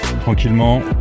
tranquillement